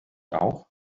auch